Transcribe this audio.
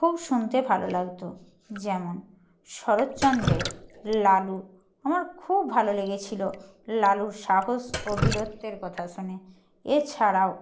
খুব শুনতে ভালো লাগত যেমন শরৎচন্দ্রের লালু আমার খুব ভালো লেগেছিল লালুর সাহস ও বীরত্বের কথা শুনে এছাড়াও